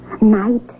Night